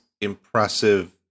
impressive